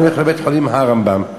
אני הולך לבית-חולים הרמב"ם.